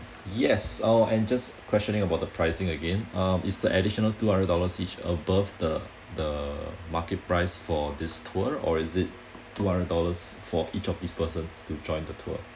yes oh and just questioning about the pricing again uh is the additional two hundred dollars each above the the market price for this tour or is it two hundred dollars for each of these persons to join the tour